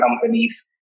companies